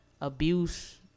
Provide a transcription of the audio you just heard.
abuse